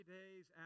days